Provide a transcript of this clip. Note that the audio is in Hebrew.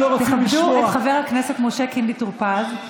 תכבדו את חבר הכנסת משה קינלי טור פז.